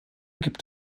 gibt